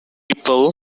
people